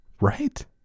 Right